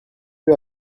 peu